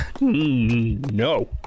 No